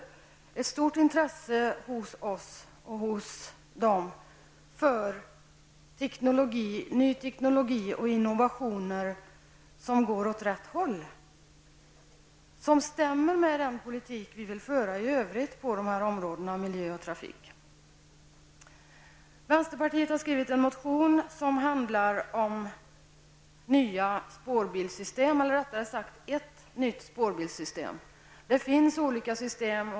Det finns alltså ett stort intresse för ny teknologi och för innovationer som går åt rätt håll, som överenstämmer med den politik som vi i övrigt vill föra i miljö och trafiksammanhang. Vi i vänsterpartiet har väckt en motion om ett nytt spårbilssystem. Det finns ju olika system.